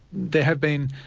there have been,